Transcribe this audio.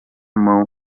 mão